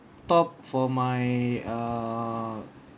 top for my err